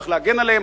צריך להגן עליהם,